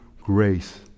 grace